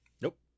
nope